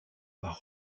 par